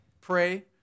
pray